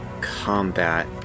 combat